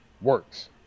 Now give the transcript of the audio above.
works